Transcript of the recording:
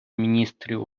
міністрів